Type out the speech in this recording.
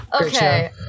Okay